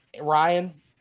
Ryan